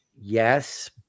yes